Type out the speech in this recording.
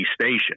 station